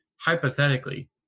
hypothetically